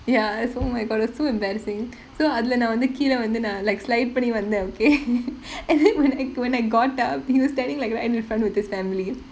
ya oh my god it was so embarrassing so அதுல நான் வந்து கீழ வந்து நான்:athula naan vanthu keela vanthu naan like slide பண்ணி வந்தேன்:panni vanthaen okay and then when I when I got up he was standing like the end in front with his family